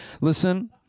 Listen